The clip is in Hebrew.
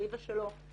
שלי ושלו.